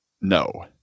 No